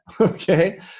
okay